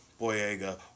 Boyega